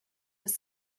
was